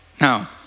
Now